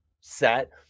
set